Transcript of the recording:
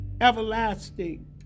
everlasting